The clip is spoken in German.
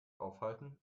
aufhalten